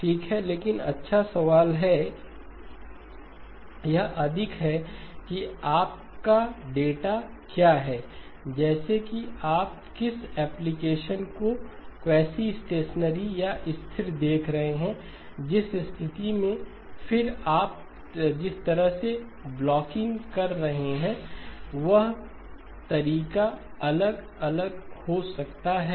ठीक है लेकिन अच्छा सवाल है यह अधिक है कि आपका डेटा क्या है जैसे कि आप किस एप्लिकेशन को क्वासी स्टेशनरी या स्थिर देख रहे हैं जिस स्थिति में फिर आप जिस तरह से ब्लॉकिंग कर रहे हैं वह तरीका अलग अलग हो सकता है